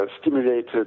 stimulated